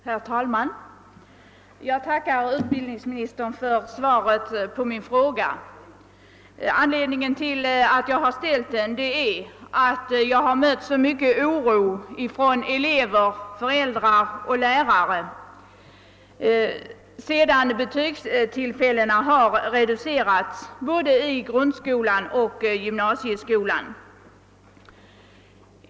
Herr talman! Jag tackar utbildningsministern för svaret på min fråga. Anledningen till att jag har ställt den är att jag har mött så mycken oro hos elever, föräldrar och lärare sedan antalet betygstillfällen har reducerats både i grundskolan och i gymnasieskolan.